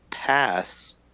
Pass